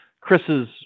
Chris's